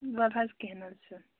ولہٕ حظ کیٚنٛہہ نہَ حظ چھُ نہٕ